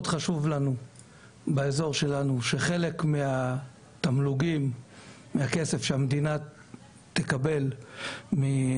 נושא ראשון: באזור שלנו חשוב מאוד שחלק מהתמלוגים שהמדינה תקבל מהזיכיון